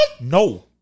No